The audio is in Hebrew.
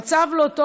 המצב לא טוב.